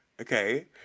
Okay